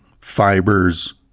fibers